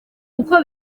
uko